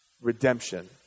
Redemption